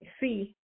See